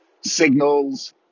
signals